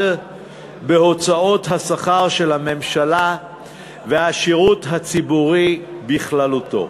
בהוצאות השכר של הממשלה והשירות הציבורי בכללותו.